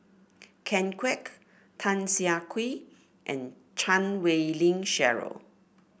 Ken Kwek Tan Siah Kwee and Chan Wei Ling Cheryl